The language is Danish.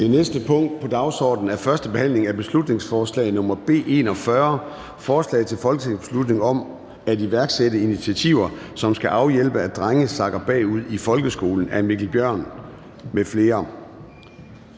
Det næste punkt på dagsordenen er: 15) 1. behandling af beslutningsforslag nr. B 41: Forslag til folketingsbeslutning om at iværksætte initiativer, som skal afhjælpe, at drenge sakker bagud i folkeskolen. Af Mikkel Bjørn (DF) m.fl.